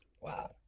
Wow